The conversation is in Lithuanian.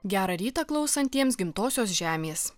gera rytą klausantiems gimtosios žemės